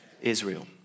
Israel